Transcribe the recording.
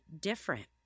different